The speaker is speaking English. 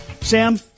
Sam